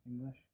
English